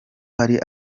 hari